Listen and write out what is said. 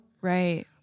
Right